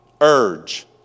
urge